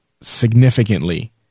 significantly